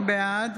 בעד